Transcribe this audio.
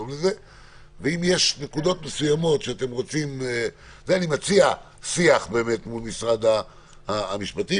ואם יש נקודות מסוימות אני מציע שיח מול משרד המשפטים